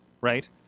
right